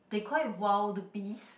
they call it wild beast